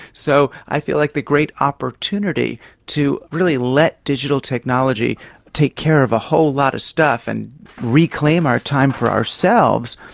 so i feel like the great opportunity to really let digital technology take care of a whole lot of stuff and reclaim our time for ourselves,